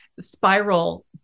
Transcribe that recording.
spiral